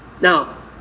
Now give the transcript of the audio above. Now